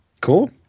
Cool